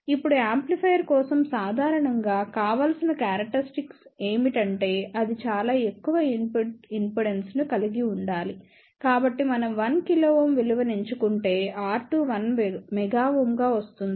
ఇప్పుడు యాంప్లిఫైయర్ కోసం సాధారణంగా కావాల్సిన క్యారక్టర్య్స్టిక్ ఏమిటంటే అది చాలా ఎక్కువ ఇన్పుట్ ఇంపిడెన్స్ కలిగి ఉండాలి కాబట్టి మనం 1 kΩ విలువను ఎంచుకుంటే R2 1 MΩ గా వస్తుంది